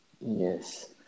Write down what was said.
yes